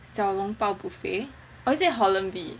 小笼包 buffet or is it holland V